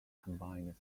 combined